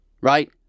right